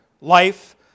life